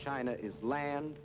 china is land